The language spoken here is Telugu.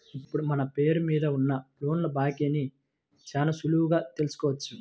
ఇప్పుడు మన పేరు మీద ఉన్న లోన్ల బాకీని చాలా సులువుగా తెల్సుకోవచ్చు